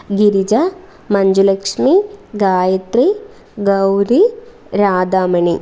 Girija Manjulakshmi Gayatri Gauri Radhamani